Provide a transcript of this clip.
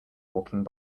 walking